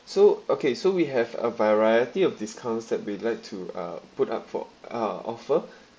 so okay so we have a variety of discounts that we'd like to uh put up for ah offer